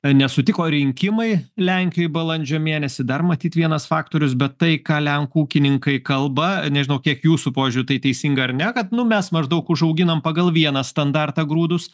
nesutiko rinkimai lenkijoje balandžio mėnesį dar matyt vienas faktorius bet tai ką lenkų ūkininkai kalba nežinau kiek jūsų požiūriu tai teisinga ar ne kad nu mes maždaug užauginam pagal vieną standartą grūdus